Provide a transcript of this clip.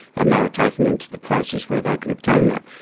and they were taking them to the places where they could obtain that.